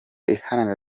iharanira